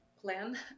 plan